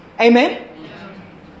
Amen